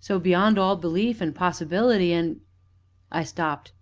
so beyond all belief and possibility and i stopped,